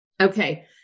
Okay